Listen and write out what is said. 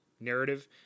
narrative